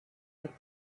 that